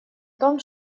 том